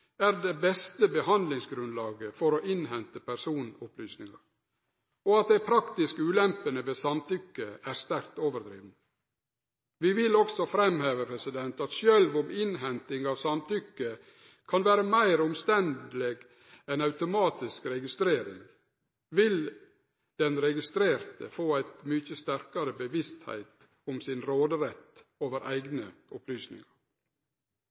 er det beste behandlingsgrunnlaget for å innhente personopplysningar, og at dei praktiske ulempene ved samtykke, er sterkt overdrivne. Vi vil også framheve at sjølv om innhenting av samtykke kan vere meir omstendeleg enn automatisk registrering, vil den registrerte få ei mykje sterkare bevisstheit om sin råderett over eigne opplysningar.